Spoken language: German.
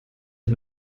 ich